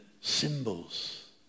symbols